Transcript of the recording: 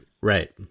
Right